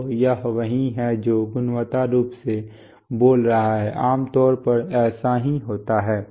तो यह वही है जो गुणात्मक रूप से बोल रहा है आमतौर पर ऐसा ही होता है